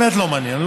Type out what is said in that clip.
באמת לא מעניין.